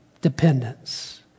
dependence